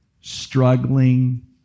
struggling